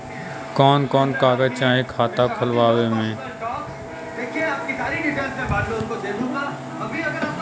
कवन कवन कागज चाही खाता खोलवावे मै?